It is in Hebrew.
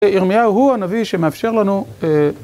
ירמיהו הוא הנביא שמאפשר לנו